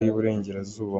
y’iburengerazuba